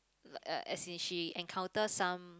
like uh as in she encounter some